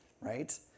right